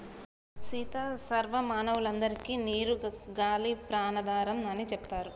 సీత సర్వ మానవులందరికే నీరు గాలి ప్రాణాధారం అని సెప్తారు